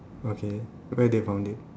okay where they found it